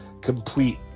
complete